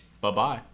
Bye-bye